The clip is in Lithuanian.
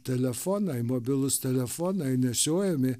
telefonai mobilūs telefonai nešiojami